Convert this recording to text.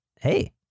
Hey